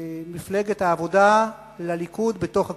מפלגת העבודה לליכוד בתוך הקואליציה,